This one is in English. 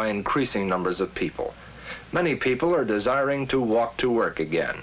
by increasing numbers of people many people are desiring to walk to work again